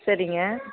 சரிங்க